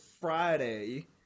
friday